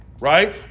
right